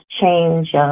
change